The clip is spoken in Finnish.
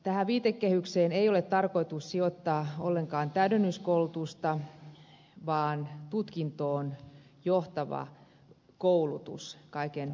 tähän viitekehykseen ei ole tarkoitus sijoittaa ollenkaan täydennyskoulutusta vaan tutkintoon johtava koulutus kaiken kaikkiaan